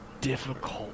difficult